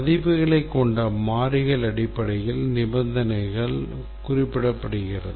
மதிப்புகளைக் கொண்ட மாறிகள் அடிப்படையில் நிபந்தனை குறிப்பிடப்படுகிறது